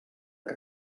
que